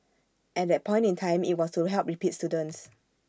at that point in time IT was to help repeat students